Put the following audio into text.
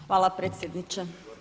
Hvala predsjedniče.